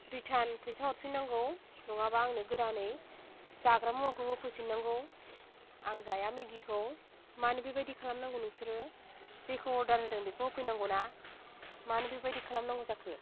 return फैसा हरफिन्नांगौ नङाबा आंनो गोदानै जाग्रा मुवाखौ होफै फिन्नांगौ आं जाया मिगिखौ मानो बेबायदि खालाम नांगौ नोंसोरो जेखौ अर्डार होदों बेखौ होफैनांगौना मानो बेबायदि खालाम नांगौ जाखो